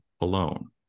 alone